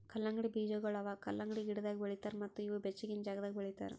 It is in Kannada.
ಕಲ್ಲಂಗಡಿ ಬೀಜಗೊಳ್ ಅವಾ ಕಲಂಗಡಿ ಗಿಡದಾಗ್ ಬೆಳಿತಾರ್ ಮತ್ತ ಇವು ಬೆಚ್ಚಗಿನ ಜಾಗದಾಗ್ ಬೆಳಿತಾರ್